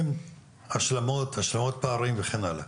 הם השלמות פערים וכן הלאה.